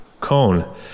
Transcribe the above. cone